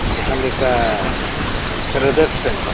ᱡᱟᱦᱟ ᱸ ᱞᱮᱠᱟ ᱯᱨᱚᱫᱚᱨᱥᱤᱱ